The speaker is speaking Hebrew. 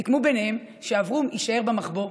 סיכמו ביניהם שאברום יישאר במחבוא,